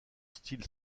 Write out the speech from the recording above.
style